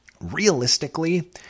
realistically